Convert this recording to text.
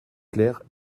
claire